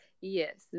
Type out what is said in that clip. Yes